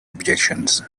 objections